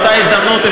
באותה הזדמנות,